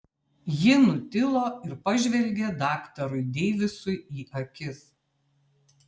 ji nutilo ir pažvelgė daktarui deivisui į akis